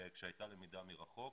כשהייתה למידה מרחוק,